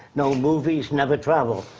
no movies, never traveled.